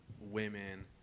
women –